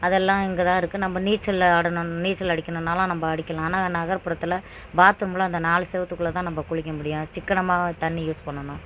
அதெல்லாம் இங்கே தான் இருக்குது நம்ம நீச்சல் ஆடணும் நீச்சல் அடிக்கணுன்னாலும் நம்ம அடிக்கலாம் ஆனால் நகர்ப்புறத்தில் பாத்ரூமில் அந்த நாலு சுவுத்துக்குள்ள தான் நம்ம குளிக்க முடியும் சிக்கனமாக தண்ணி யூஸ் பண்ணணும்